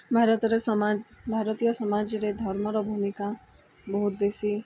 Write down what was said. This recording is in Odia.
ଭାରତର ସମାଜ ଭାରତୀୟ ସମାଜରେ ଧର୍ମର ଭୂମିକା ବହୁତ ବେଶୀ